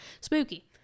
Spooky